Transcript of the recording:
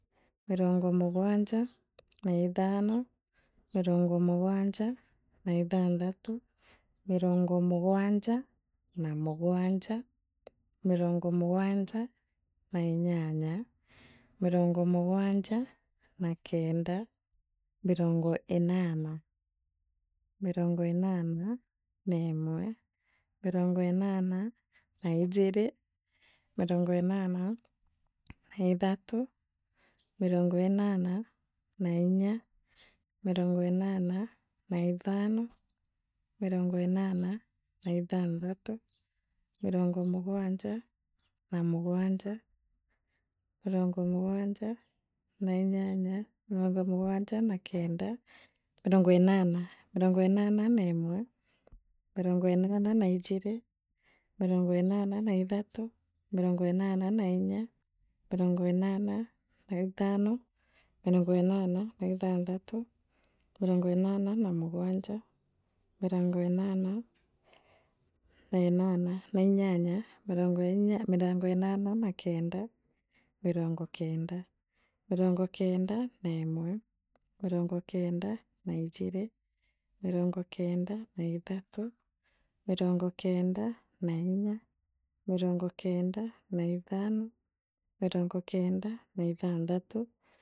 Mirongo mugwanja na ithano, mirongo mugwanja na ithanthatu, mirongo mugwanja na mugwanja, mirongo mugwanja na inyanya, mirongo mugwanja na kenda, mirongo inana. mirongo inana neemwe, mirongo inana na ijiri, mirongo inana na ithatu, mirongo inana na inya, mirongo inana na ithano, mirongo inana na ithanthatu, mirongo mugwanja na mugwanja. mirongo mugwanja na inyanya, mirongo mugwanja na kenda, mirongo inana mirongo inana neemwe, mirongo inana na ijiri, mirongo inana na ithatu. mirongo inana na inya, mirongo inana na ithano, mirongo inana na ithanthatu, mirongo inana na mugwanja, mirongo inana na enanaa na inyanya, mirongo inya mirongo inana na kenda, mirongo kenda, mirongo kenda neemwe. mirongo kenda na ijiri, mirongo kenda na ithatu, mirongo tenda na inya. mirongo kenda na ithano, mirongo kenda na ithanthatu.